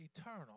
eternal